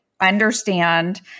understand